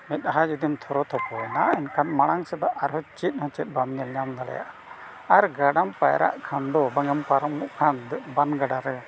ᱢᱮᱫᱦᱟ ᱡᱩᱫᱤᱢ ᱛᱷᱚᱨᱚᱛ ᱦᱚᱯᱚᱭᱮᱱᱟ ᱮᱱᱠᱷᱟᱱ ᱢᱟᱲᱟᱝ ᱥᱮᱫᱚ ᱟᱨᱦᱚᱸ ᱪᱮᱫ ᱦᱚᱸ ᱪᱮᱫ ᱵᱟᱢ ᱧᱮᱞ ᱧᱟᱢ ᱫᱟᱲᱮᱭᱟᱜᱼᱟ ᱟᱨ ᱜᱟᱰᱟᱢ ᱯᱟᱭᱨᱟᱜ ᱠᱷᱟᱱ ᱫᱚ ᱵᱟᱝ ᱮᱢ ᱯᱟᱨᱚᱢᱚᱜ ᱠᱷᱟᱱ ᱵᱟᱱ ᱜᱟᱰᱟ ᱨᱮ